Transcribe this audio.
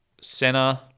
center